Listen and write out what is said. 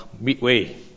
midway